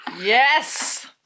Yes